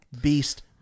beast